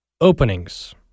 openings